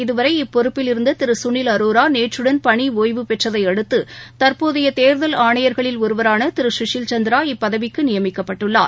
இதுவரை இப்பொறுப்பில் இருந்ததிருகளில் அரோரா நேற்றுடன் பணிஒய்வு பெற்றதையடுத்து தற்போதையதேர்தல் ஆணையர்களில் ஒருவரானதிருசுஷில் சந்திரா இப்பதவிக்குநியமிக்கப்பட்டுள்ளார்